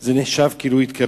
זה נחשב כאילו זה התקבל.